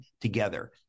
together